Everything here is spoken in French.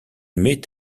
met